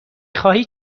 خواهید